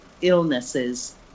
illnesses